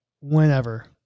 whenever